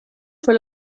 fue